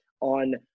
on